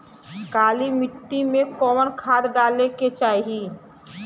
काली मिट्टी में कवन खाद डाले के चाही?